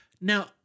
Now